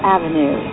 Avenue